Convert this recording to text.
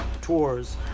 Tours